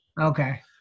Okay